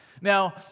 Now